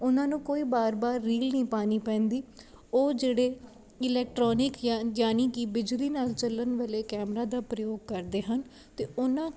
ਉਹਨਾਂ ਨੂੰ ਕੋਈ ਬਾਰ ਬਾਰ ਰੀਲ ਨਹੀਂ ਪਾਉਣੀ ਪੈਂਦੀ ਉਹ ਜਿਹੜੇ ਇਲੈਕਟਰੋਨਿਕ ਯਾ ਯਾਨੀ ਕਿ ਬਿਜਲੀ ਨਾਲ ਚੱਲਣ ਵਾਲੇ ਕੈਮਰਾ ਦਾ ਪ੍ਰਯੋਗ ਕਰਦੇ ਹਨ ਅਤੇ ਉਹਨਾਂ